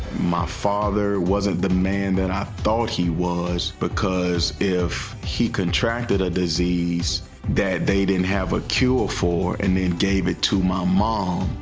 my father wasn't the man that i thought he was. because if he contracted a disease that they didn't have a cure for and then gave it to my mom,